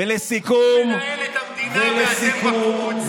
הוא מנהל את המדינה, ואתם בחוץ.